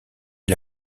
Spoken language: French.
est